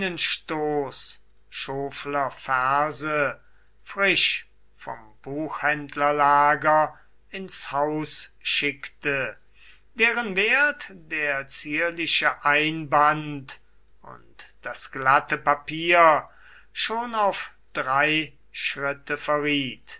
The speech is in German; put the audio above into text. verse frisch vom buchhändlerlager ins haus schickte deren wert der zierliche einband und das glatte papier schon auf drei schritte